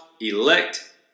elect